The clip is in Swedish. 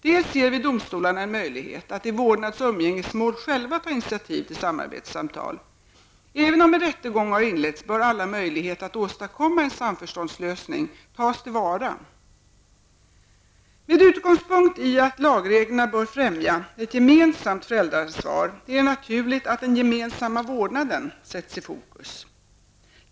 Dels ger vi domstolarna en möjlighet att i vårdnadsoch umgängesmål själva ta initiativ till samarbetssamtal. Även om en rättegång har inletts, bör alla möjligheter att åstadkomma en samförståndslösning tas till vara. Med utgångspunkt i att lagreglerna bör främja ett gemensamt föräldraansvar är det naturligt att den gemensamma vårdnaden sätts i fokus.